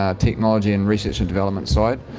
um technology and research and development side.